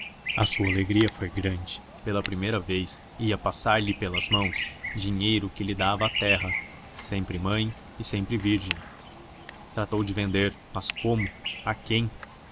a sua alegria foi grande pela primeira vez ia passar-lhe pelas mãos dinheiro que lhe dava a terra sempre mãe e sempre virgem tratou de vender mas como a quem